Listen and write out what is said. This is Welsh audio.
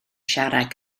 siarad